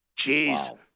Jeez